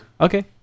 Okay